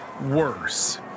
worse